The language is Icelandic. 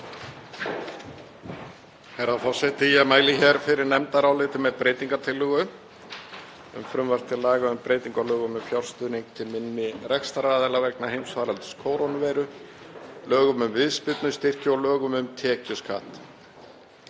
Herra forseti. Ég mæli hér fyrir nefndaráliti með breytingartillögu um frumvarp til laga um breytingu á lögum um fjárstuðning til minni rekstraraðila vegna heimsfaraldurs kórónuveiru, lögum um viðspyrnustyrki og lögum um tekjuskatt.